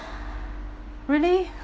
really